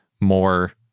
more